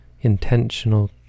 intentional